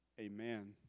Amen